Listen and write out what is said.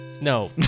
No